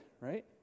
right